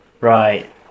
right